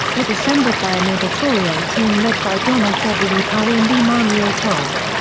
was assembled by an editorial team led by donald w. parry and emanuel tov.